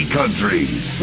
countries